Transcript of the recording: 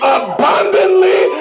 abundantly